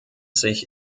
sich